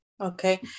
Okay